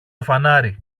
φανάρι